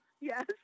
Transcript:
Yes